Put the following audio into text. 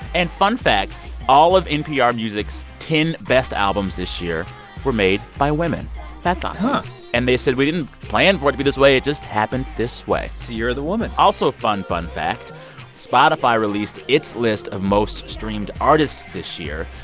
and fun fact all of npr music's ten best albums this year were made by women that's awesome huh and they said, we didn't plan for it be this way. it just happened this way it's the year of the woman also fun, fun fact spotify released its list of most streamed artist this year.